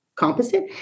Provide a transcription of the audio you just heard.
Composite